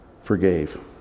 forgave